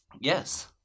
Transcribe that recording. Yes